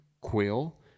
Quill